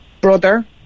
brother